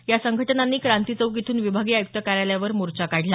या संघटनांनी क्रांती चौक इथून विभागीय आयुक्त कार्यालयावर मोर्चा काढला